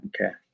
Okay